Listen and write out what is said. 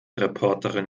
reporterin